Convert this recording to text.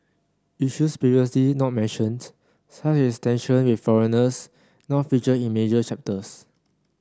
issues previously not mentioned such as tension with foreigners now feature in major chapters